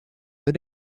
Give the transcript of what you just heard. that